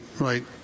right